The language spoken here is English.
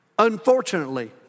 Unfortunately